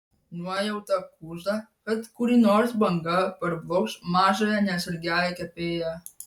nuojauta kužda kad kuri nors banga parblokš mažąją neatsargiąją kepėją